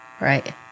Right